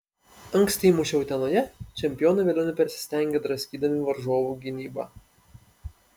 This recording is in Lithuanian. anksti įmušę utenoje čempionai vėliau nepersistengė draskydami varžovų gynybą